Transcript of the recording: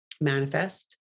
manifest